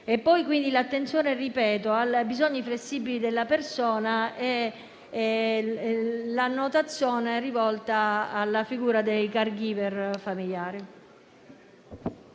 funzionamento; l'attenzione è ai bisogni flessibili della persona e l'annotazione è rivolta alla figura dei *caregiver* familiari.